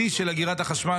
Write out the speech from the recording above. השיא של אגירת החשמל,